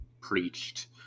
preached